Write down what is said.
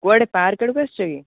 କୁଆଡ଼େ ପାର୍କ୍ ଆଡ଼କୁ ଆସିଛ କି